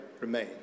remain